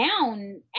down